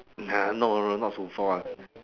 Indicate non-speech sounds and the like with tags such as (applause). (laughs) no no no not song-fa one